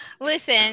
listen